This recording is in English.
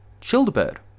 Childebert